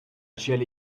начале